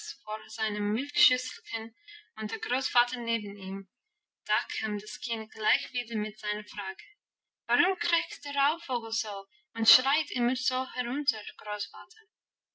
seinem milchschüsselchen und der großvater neben ihm da kam das kind gleich wieder mit seiner frage warum krächzt der raubvogel so und schreit immer so herunter großvater